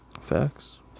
Facts